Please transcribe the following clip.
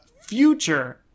future